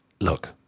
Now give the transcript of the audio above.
Look